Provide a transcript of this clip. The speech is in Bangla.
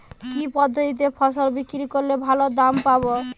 কি পদ্ধতিতে ফসল বিক্রি করলে ভালো দাম পাব?